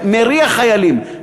שמריח חיילים,